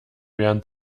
werden